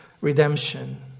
redemption